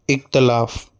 इख़्तिलाफ़ु